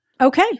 Okay